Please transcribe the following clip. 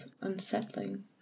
unsettling